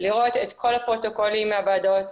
לראות את כל הפרוטוקולים מהוועדות,